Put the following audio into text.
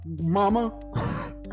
mama